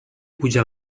puja